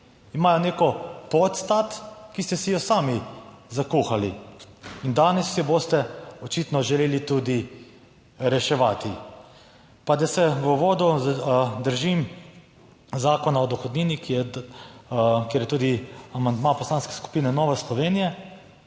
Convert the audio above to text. imajo neko podstat, ki ste si jo sami zakuhali in danes si jo boste očitno želeli tudi reševati. Pa naj se v uvodu držim Zakona o dohodnini, kjer je tudi amandma Poslanske skupine Nove Slovenije.